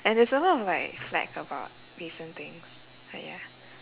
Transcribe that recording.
and there's a lot of like flak about recent things but ya